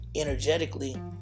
energetically